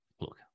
look